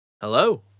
Hello